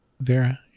Vera